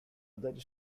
other